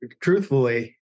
truthfully